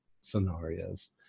scenarios